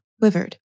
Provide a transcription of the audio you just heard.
quivered